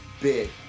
Big